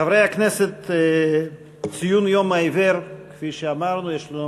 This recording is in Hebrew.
חברי הכנסת, ציון יום העיוור, כפי שאמרנו, יש לנו